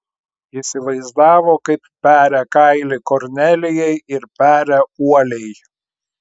įsivaizdavo kaip peria kailį kornelijai ir peria uoliai